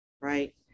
right